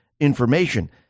information